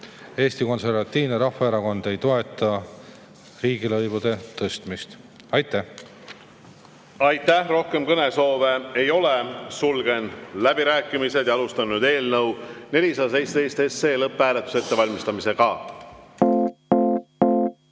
Eesti Konservatiivne Rahvaerakond ei toeta riigilõivude tõstmist. Aitäh! Aitäh! Rohkem kõnesoove ei ole, sulgen läbirääkimised. Alustame eelnõu 417 lõpphääletuse ettevalmistamist. Head